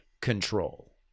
control